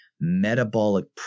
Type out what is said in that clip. metabolic